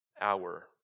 hour